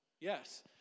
Yes